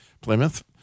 Plymouth